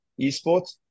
esports